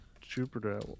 Jupiter